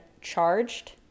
charged